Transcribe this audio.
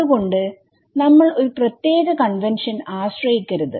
അതുകൊണ്ട് നമ്മൾ ഒരു പ്രത്യേക കൺവെൻഷൻ ആശ്രയിക്കരുത്